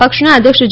પક્ષના અધ્યક્ષ જે